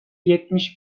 yetmiş